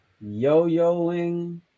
Yo-yoing